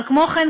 כמו כן,